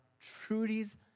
Trudy's